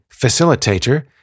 facilitator